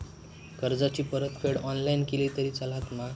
कर्जाची परतफेड ऑनलाइन केली तरी चलता मा?